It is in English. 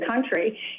country